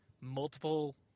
multiple